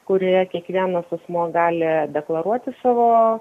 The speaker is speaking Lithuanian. kurioje kiekvienas asmuo gali deklaruoti savo